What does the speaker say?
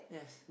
yes